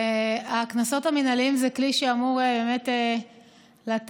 הקנסות המינהליים זה כלי שאמור באמת לתת